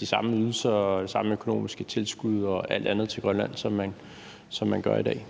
de samme ydelser og samme økonomiske tilskud og alt andet til Grønland, som man gør i dag?